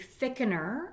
thickener